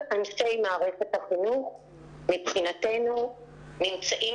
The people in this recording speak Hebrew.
כל אנשי מערכת החינוך מבחינתנו נמצאים